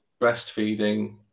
breastfeeding